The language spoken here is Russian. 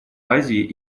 азии